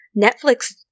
Netflix